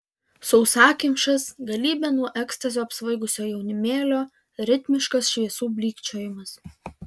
sausakimšas galybė nuo ekstazio apsvaigusio jaunimėlio ritmiškas šviesų blykčiojimas